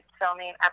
filming